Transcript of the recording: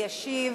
כעת יענה וישיב